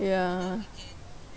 ya